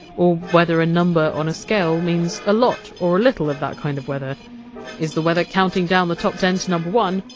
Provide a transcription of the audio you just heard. or whether a number on a scale means a lot or a little of that kind of weather is the weather counting down the top ten to number one,